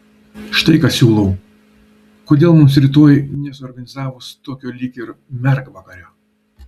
štai ką siūlau kodėl mums rytoj nesuorganizavus tokio lyg ir mergvakario